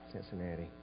Cincinnati